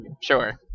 sure